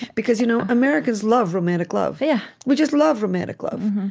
because you know americans love romantic love. yeah we just love romantic love.